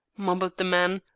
mumbled the man,